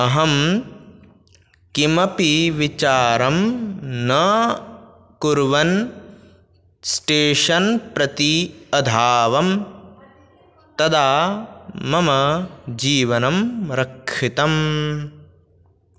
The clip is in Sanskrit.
अहं किमपि विचारं न कुर्वन् स्टेशन् प्रति अधावम् तदा मम जीवनं रक्षितम्